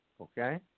Okay